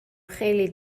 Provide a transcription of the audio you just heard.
خیلی